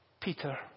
Peter